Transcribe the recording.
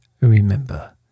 Remember